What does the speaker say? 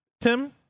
Tim